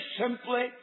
simply